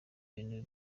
ibintu